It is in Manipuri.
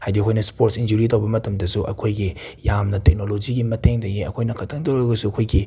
ꯍꯥꯏꯗꯤ ꯑꯩꯈꯣꯏꯅ ꯁ꯭ꯄꯣꯔꯠꯁ ꯏꯟꯖꯨꯔꯤ ꯇꯧꯕ ꯃꯇꯝꯗꯁꯨ ꯑꯩꯈꯣꯏꯒꯤ ꯌꯥꯝꯅ ꯇꯦꯛꯅꯣꯂꯣꯖꯤꯒꯤ ꯃꯇꯦꯡꯗꯒꯤ ꯑꯩꯈꯣꯏꯅ ꯈꯤꯇꯪ ꯇꯧꯔꯒꯁꯨ ꯑꯩꯈꯣꯏꯒꯤ